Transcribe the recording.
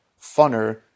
funner